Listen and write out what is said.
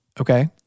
Okay